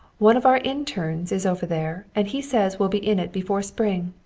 one of our internes is over there, and he says we'll be in it before spring.